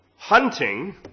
Hunting